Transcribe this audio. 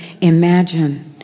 imagine